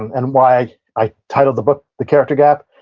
and why i titled the book the character gap.